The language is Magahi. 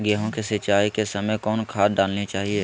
गेंहू के सिंचाई के समय कौन खाद डालनी चाइये?